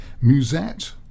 musette